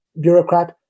bureaucrat